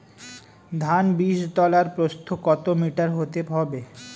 ধান বীজতলার প্রস্থ কত মিটার হতে হবে?